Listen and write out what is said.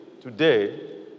today